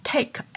take